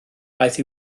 aeth